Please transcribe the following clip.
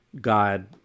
god